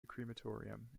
crematorium